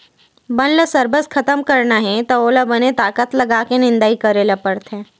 बन ल सरबस खतम करना हे त ओला बने ताकत लगाके निंदई करे ल परथे